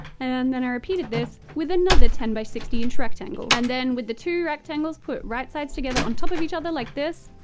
and then i repeated this with another ten by sixty inch rectangle. and then with the two rectangles put right-sides-together on top of each other like this,